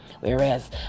Whereas